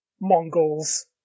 Mongols